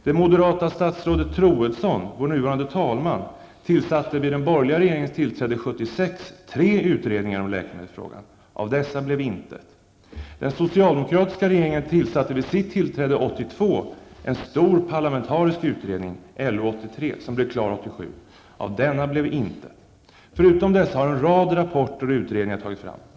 Det moderata statsrådet Troedsson, vår nuvarande talman, tillsatte vid den borgerliga regeringens tillträde 1976 tre utredningar om läkemedelsfrågan. Av dessa blev intet. Den socialdemokratiska regeringen tillsatte vid sitt tillträde 1982 en stor parlamentarisk utredning, LU 83, som blev klar 1987. Av denna blev intet. Förutom dessa har en rad rapporter och utredningar tagits fram.